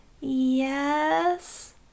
Yes